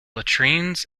latrines